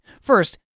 First